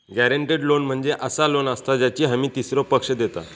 guaranteed loan म्हणजे असा loan असता ज्याची हमी तीसरो पक्ष देता